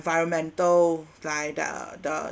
fundamental like the the